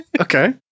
Okay